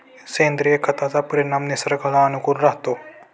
सेंद्रिय खताचा परिणाम निसर्गाला अनुकूल राहतो